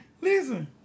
Listen